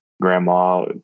grandma